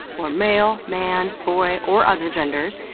or male, man, boy, or other genders.